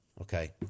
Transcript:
Okay